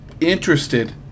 interested